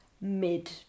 mid